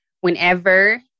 whenever